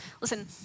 Listen